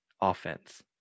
offense